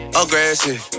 aggressive